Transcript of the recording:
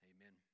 Amen